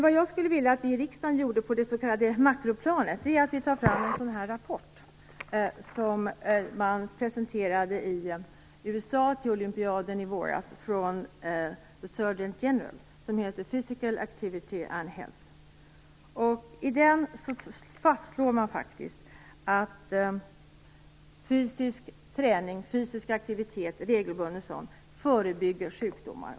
Vad jag skulle vilja att riksdagen skulle göra på makroplanet är att ta fram en sådan rapport som våren inför olympiaden. Den heter Pysical Activity and Health. I den fastslår man att regelbunden fysisk aktivitet förebygger sjukdomar.